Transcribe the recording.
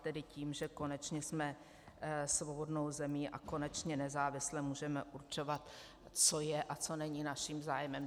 Tedy tím, že konečně jsme svobodnou zemí a konečně nezávisle můžeme určovat, co je a co není naším zájmem.